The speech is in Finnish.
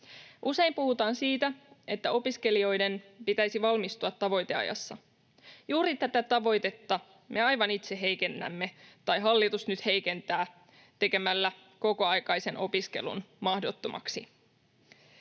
Usein puhutaan siitä, että opiskelijoiden pitäisi valmistua tavoiteajassa. Juuri tätä tavoitetta me aivan itse heikennämme, tai hallitus nyt heikentää, tekemällä kokoaikaisen opiskelun mahdottomaksi.